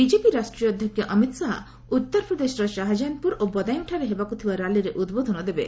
BJP ରାଷ୍ଟ୍ରୀୟ ଅଧ୍ୟକ୍ଷ ଅମିତ ଶହା ଉତ୍ତରପ୍ରଦେଶର ଶହାଜାହାନପୁର ଓ ବଦାୟୁଁଠାରେ ହେବାକୁ ଥିବା ର୍ୟାଲିରେ ଉଦ୍ବୋଧନ ଦେବେ